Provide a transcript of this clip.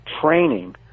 training